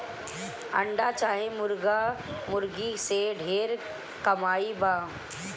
अंडा चाहे मुर्गा मुर्गी से ढेर कमाई बा